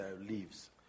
leaves